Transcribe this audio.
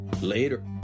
Later